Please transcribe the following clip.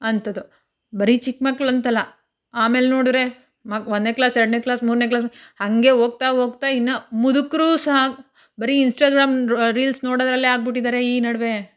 ಅಂಥದ್ದು ಬರೀ ಚಿಕ್ಕಮಕ್ಳಂತಲ್ಲ ಆಮೇಲೆ ನೋಡಿದ್ರೆ ಮಗು ಒಂದನೇ ಕ್ಲಾಸ್ ಎರಡನೇ ಕ್ಲಾಸ್ ಮೂರನೇ ಕ್ಲಾಸ್ ಹಾಗೇ ಹೋಗ್ತಾ ಹೋಗ್ತಾ ಇನ್ನೂ ಮುದುಕರು ಸಹ ಬರೀ ಇನ್ಸ್ಟಾಗ್ರಾಮ್ ರೀಲ್ಸ್ ನೋಡೋದರಲ್ಲೇ ಆಗ್ಬಿಟ್ಟಿದ್ದಾರೆ ಈ ನಡುವೆ